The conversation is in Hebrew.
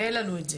ואין לנו את זה.